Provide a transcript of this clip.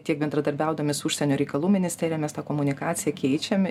tiek bendradarbiaudami su užsienio reikalų ministerija mes tą komunikaciją keičiam